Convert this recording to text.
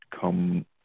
come